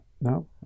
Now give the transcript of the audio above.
No